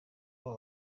abo